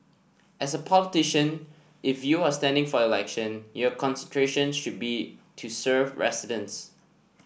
as a politician if you are standing for election your concentration should be to serve residents